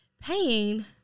paying